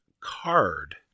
card